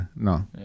no